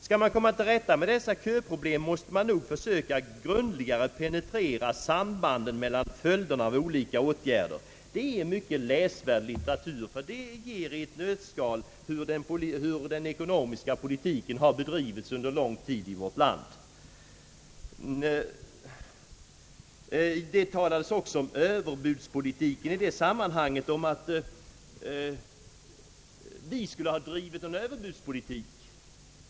Skall man komma till rätta med dessa köproblem måste man nog försöka grundligare penetrera sambanden mellan följderna av olika åtgärder.» Detta ger i ett nötskal bilden av hur den ekonomiska politiken har bedrivits under lång tid i vårt land. I detta sammanhang talades det också om överbudspolitiken och om att vi skulle ha drivit en sådan.